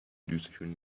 دوسشون